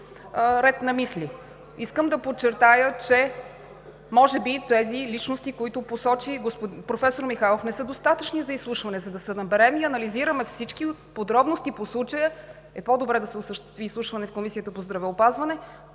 ред на мисли. Искам да подчертая, че може би тези личности, които посочи професор Михайлов, не са достатъчни за изслушване. За да съберем и анализираме всички подробности по случая, е по-добре да се осъществи изслушване в Комисията по здравеопазването